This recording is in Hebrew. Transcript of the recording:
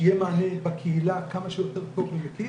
שיהיה מענה בקהילה כמה שיותר טוב ומקיף